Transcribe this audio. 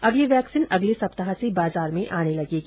अब यह वैक्सीन अगले सप्ताह से बाजार में आने लगेगी